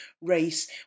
race